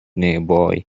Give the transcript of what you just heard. nearby